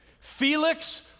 Felix